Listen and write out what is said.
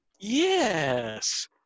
Yes